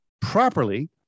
properly